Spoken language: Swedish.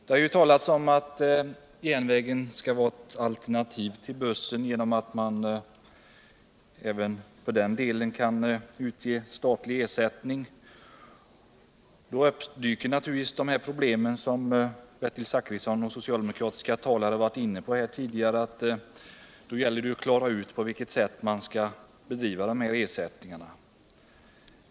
Det har talats om att järnvägen skall vara ett alternativ till bussen genom att man även på den delen kan utge statlig ersättning. Då dyker naturligtvis de problem som Bertil Zachrisson och andra socialdemokratiska talare tidigare berört upp: Det gäller att klara ut på vilket sätt man skall utge dessa ersättningar.